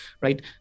right